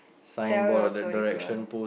sell your story to us